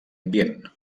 ambient